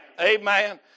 Amen